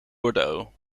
bordeaux